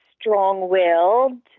strong-willed